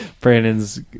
Brandon's